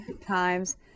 times